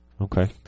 Okay